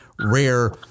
rare